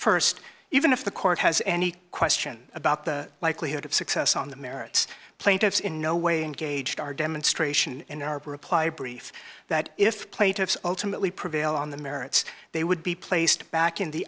st even if the court has any question about the likelihood of success on the merits plaintiffs in no way engaged our demonstration in our reply brief that if plaintiffs ultimately prevail on the merits they would be placed back in the